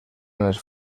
els